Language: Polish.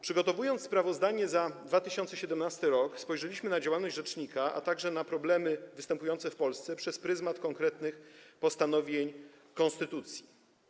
Przygotowując sprawozdanie za 2017 r., spojrzeliśmy na działalność rzecznika, a także na problemy występujące w Polsce przez pryzmat konkretnych postanowień konstytucji.